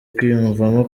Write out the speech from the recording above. kwiyumvamo